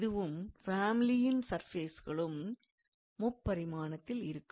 இதுவும் ஃபேமிலியின் சர்ஃபேஸ்களும் முப்பரிமாணத்தில் இருக்கும்